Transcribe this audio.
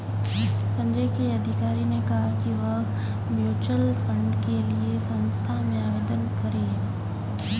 संजय के अधिकारी ने कहा कि वह म्यूच्यूअल फंड के लिए संस्था में आवेदन करें